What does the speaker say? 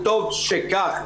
וטוב שכך,